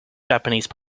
japanese